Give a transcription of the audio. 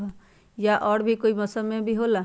या और भी कोई मौसम मे भी होला?